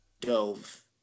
dove